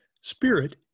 spirit